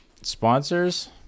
Sponsors